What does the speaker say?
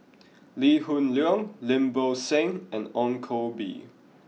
Lee Hoon Leong Lim Bo Seng and Ong Koh Bee